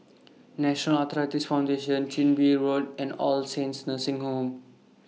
National Arthritis Foundation Chin Bee Road and All Saints Nursing Home